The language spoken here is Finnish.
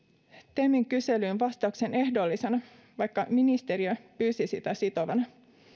temin kyselyyn vastauksen ehdollisena vaikka ministeriö pyysi sitä sitovana